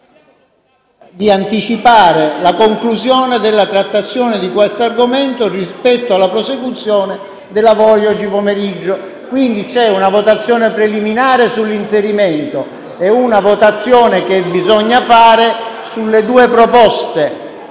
di anticipare la conclusione della trattazione di questo argomento rispetto alla prosecuzione dei lavori di oggi pomeriggio. Quindi c'è una votazione preliminare sull'inserimento e una votazione che bisogna fare sulle due proposte.